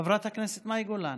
חברת הכנסת מאי גולן,